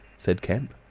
said kemp.